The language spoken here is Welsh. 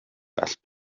gall